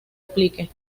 aplique